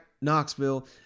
Knoxville